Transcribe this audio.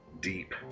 Deep